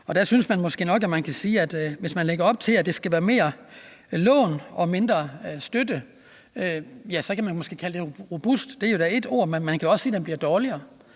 Og der synes jeg måske nok man kan sige, at hvis der lægges op til, at der skal være mere lån og mindre støtte, ja, så kan vi måske kalde det robust – det er jo da et ord at bruge – men vi kan også sige, at det bliver dårligere.